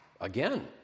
Again